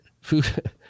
food